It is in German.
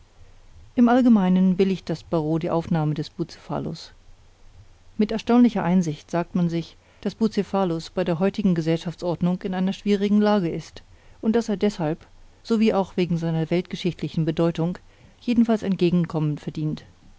im allgemeinen billigt das barreau die aufnahme des bucephalus mit erstaunlicher einsicht sagt man sich daß bucephalus bei der heutigen gesellschaftsordnung in einer schwierigen lage ist und daß er deshalb sowie auch wegen seiner weltgeschichtlichen bedeutung jedenfalls entgegenkommen verdient